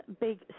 big